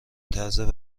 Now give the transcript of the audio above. طرز